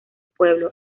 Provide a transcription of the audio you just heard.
pueblo